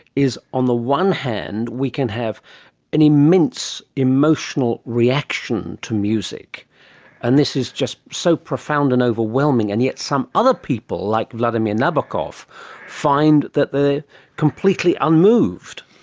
is on the one hand we can have an immense emotional reaction to music and this is just so profound and overwhelming, and yet some other people like vladimir nabokov find that they are completely unmoved,